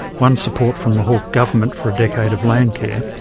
won support from the hawke government for a decade of landcare,